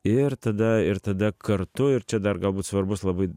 ir tada ir tada kartu ir čia dar galbūt svarbus labai